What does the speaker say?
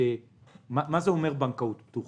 מה זה אומר בנקאות פתוחה?